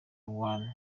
one